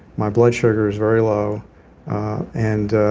my blood sugar is very low and